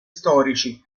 storici